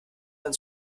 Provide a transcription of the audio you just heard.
man